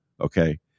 Okay